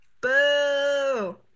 Boo